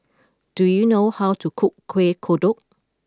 do you know how to cook Kueh Kodok